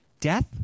Death